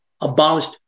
abolished